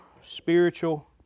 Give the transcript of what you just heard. spiritual